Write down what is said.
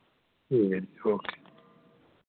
ठीक ऐ ओके